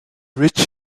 rich